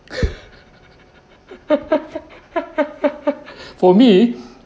for me